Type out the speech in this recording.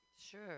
Sure